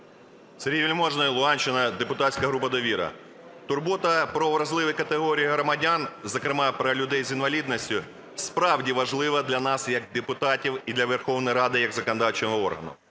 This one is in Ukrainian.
Сергій Вельможний, Луганщина, депутатська група "Довіра". Турбота про вразливі категорії громадян, зокрема про людей з інвалідністю, справді важлива для нас як депутатів і для Верховної Ради як законодавчого органу.